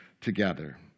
together